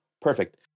perfect